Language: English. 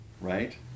right